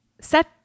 set